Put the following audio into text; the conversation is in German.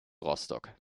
rostock